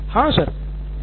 नितिन कुरियन हाँ सर